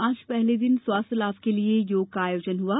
आज पहले दिन स्वास्थ्य लाभ के लिये योग का आयोजन हआ